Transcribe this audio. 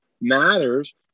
matters